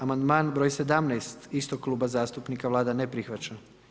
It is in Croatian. Amandman broj 17 istog kluba zastupnika, Vlada ne prihvaća.